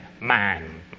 man